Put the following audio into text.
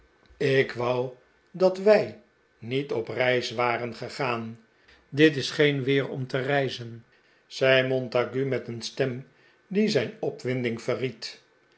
ik wou dat wij niet op reis waren gegaan dit is geen weer om te reizen zei montague met een stem die zijn opwinding